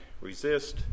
resist